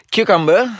Cucumber